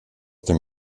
dem